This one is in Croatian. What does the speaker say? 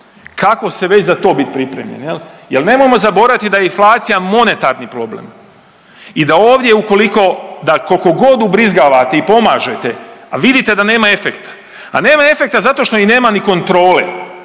kako se već za to bit pripremljen. Jer nemojmo zaboraviti da je inflacija monetarni problem i da ovdje ukoliko, da koliko god ubrizgavate i pomažete vidite da nema efekta, a nema efekta zato što nema ni kontrole.